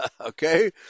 okay